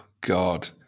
God